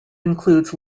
includes